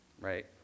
right